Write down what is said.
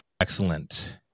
Excellent